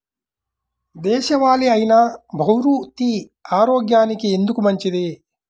దేశవాలి అయినా బహ్రూతి ఆరోగ్యానికి ఎందుకు మంచిది?